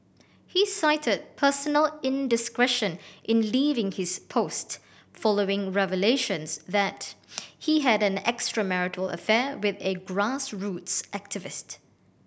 he cited personal indiscretion in leaving his post following revelations that he had an extramarital affair with a grassroots activist